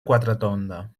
quatretonda